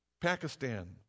Pakistan